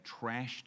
trashed